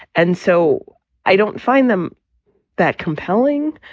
and so i don't find them that compelling.